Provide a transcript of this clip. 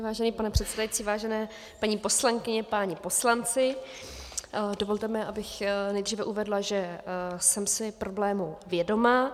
Vážený pane předsedající, vážené paní poslankyně, páni poslanci, dovolte mi, abych nejdříve uvedla, že jsem si problému vědoma.